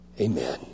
Amen